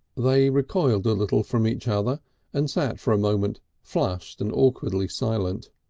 they recoiled a little from each other and sat for a moment, flushed and awkwardly silent.